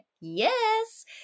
yes